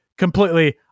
completely